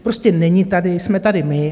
Prostě není tady, jsme tady my.